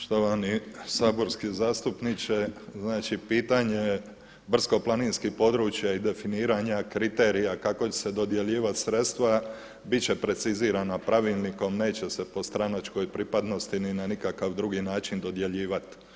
Štovani saborski zastupniče, znači pitanje brdsko-planinskih područja i definiranja kriterija kako će se dodjeljivat sredstva bit će precizirana Pravilnikom, neće se po stranačkoj pripadnosti ni na nikakav drugi način dodjeljivati.